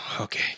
Okay